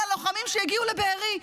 על הלוחמים שהגיעו לבארי.